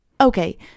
Okay